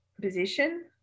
position